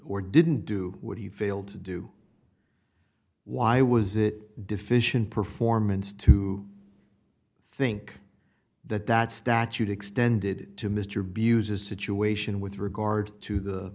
or didn't do what he failed to do why was it deficient performance to think that that statute extended to mr buza situation with regard to the